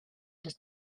does